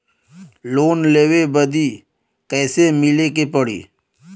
Loan लेवे बदी कैसे मिले के पड़ी?